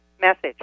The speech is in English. message